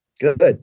Good